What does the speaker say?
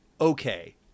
okay